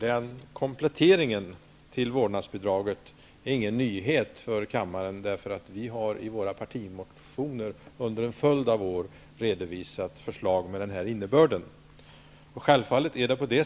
Den kompletteringen till vårdnadsbidraget är ingen nyhet för kammaren. Vi har i våra partimotioner under en följd av år redovisat förslag med den här innebörden.